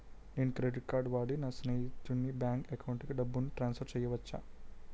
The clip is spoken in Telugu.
నేను క్రెడిట్ కార్డ్ వాడి నా స్నేహితుని బ్యాంక్ అకౌంట్ కి డబ్బును ట్రాన్సఫర్ చేయచ్చా?